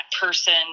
person